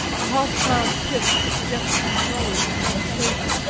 a half-crown tip put the deputy's knowledge at my disposal,